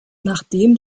nachdem